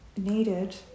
needed